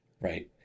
right